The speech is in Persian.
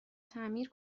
تعمیر